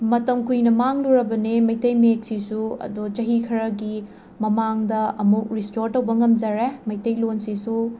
ꯃꯇꯝ ꯀꯨꯏꯅ ꯃꯥꯡꯂꯨꯔꯕꯅꯦ ꯃꯩꯇꯩ ꯃꯌꯦꯛꯁꯤꯁꯨ ꯑꯗꯣ ꯆꯍꯤ ꯈꯔꯒꯤ ꯃꯃꯥꯡꯗ ꯑꯃꯨꯛ ꯔꯤꯁꯇꯣꯔ ꯇꯧꯕ ꯉꯝꯖꯔꯦ ꯃꯩꯇꯩꯂꯣꯟꯁꯤꯁꯨ